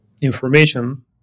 information